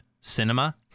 cinema